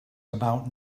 about